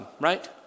right